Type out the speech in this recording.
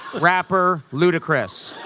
rapper ludicrous.